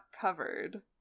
covered